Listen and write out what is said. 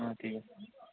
অঁ ঠিক আছে